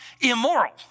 immoral